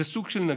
זה סוג של נגיף.